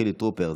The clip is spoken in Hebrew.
חילי טרופר,